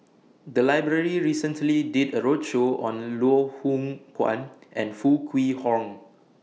The Library recently did A roadshow on Loh Hoong Kwan and Foo Kwee Horng